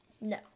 No